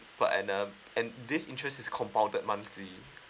per annum and this interest is compounded monthly